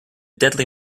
deadly